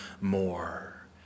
more